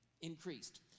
increased